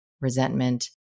resentment